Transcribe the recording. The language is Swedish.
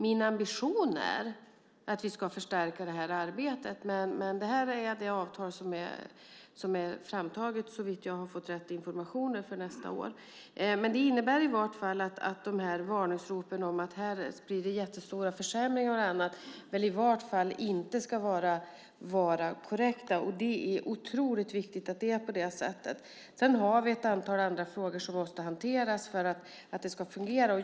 Min ambition är att vi ska förstärka det här arbetet, men det här är det avtal som är framtaget, såvitt jag har fått rätt information, för nästa år. Men det innebär i alla fall att de här varningsropen om att här blir det jättestora försämringar inte ska vara korrekta. Det är otroligt viktigt att det är på det sättet. Sedan har vi ett antal andra frågor som måste hanteras för att det ska fungera.